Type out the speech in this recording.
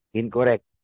incorrect